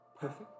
perfect